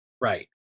Right